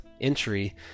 entry